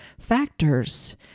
factors